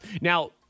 Now